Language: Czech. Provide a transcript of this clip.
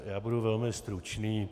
Já budu velmi stručný.